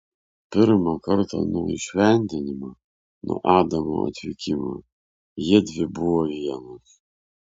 pirmą kartą nuo įšventinimo nuo adamo atvykimo jiedvi buvo vienos